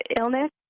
illness